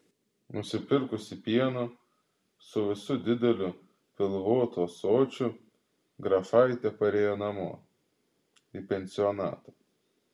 nusipirkusi pieno su visu dideliu pilvotu ąsočiu grafaitė parėjo namo į pensionatą